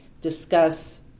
discuss